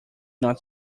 not